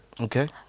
okay